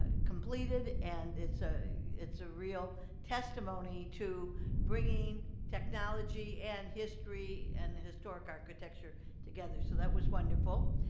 completed. and it's a it's a real testimony to bringing technology and history, and the historic architecture together. so that was wonderful.